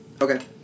Okay